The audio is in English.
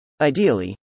Ideally